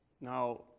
Now